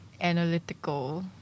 analytical-